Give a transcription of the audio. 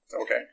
Okay